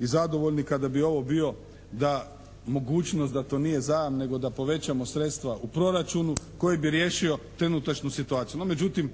i zadovoljni kad bi ovo bilo mogućnost da to nije zajam nego da povećamo sredstva u proračunu koji bi riješio trenutačnu situaciju. No međutim,